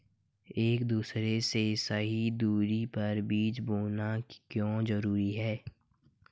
एक दूसरे से सही दूरी पर बीज बोना क्यों जरूरी है?